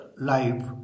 life